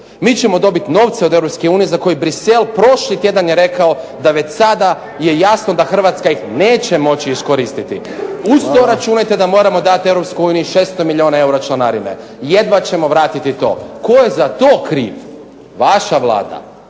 Mi ćemo dobiti novce od EU za koje Bruxelles prošli tjedan je rekao da već sada je jasno da Hrvatska neće moći iskoristiti. Uz to računajte da moramo dati EU 600 milijuna eura članarine. Jedva ćemo vratiti to. Tko je za to kriv? Vaša Vlada.